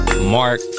mark